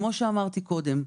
כמו שאמרתי קודם,